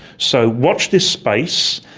so, watch this space,